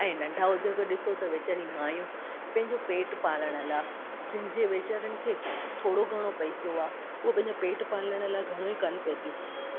ऐं नंढा उद्योग ॾिसो त वेचारी मायूं पंहिंजो पेट पालण लाइ जिनजे वेचारनि खे थोरो घणो पैसो आहे उहो पंहिंजो पेट पालण लाइ घणो ई कनि पई थियूं